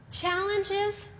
Challenges